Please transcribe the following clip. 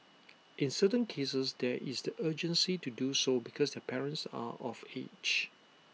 in certain cases there is the urgency to do so because their parents are of age